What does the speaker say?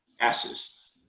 assists